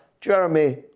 Jeremy